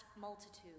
multitude